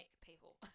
people